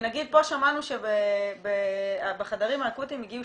פה שמענו שבחדרים האקוטיים הגיעו